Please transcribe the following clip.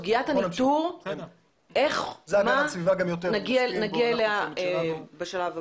לסוגיית הניטור נגיע בשלב הבא.